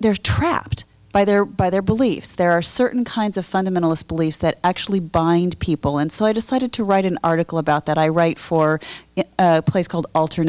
they're trapped by their by their beliefs there are certain kinds of fundamentalist beliefs that actually bind people and so i decided to write an article about that i write for a place called alt